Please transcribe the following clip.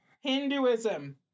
Hinduism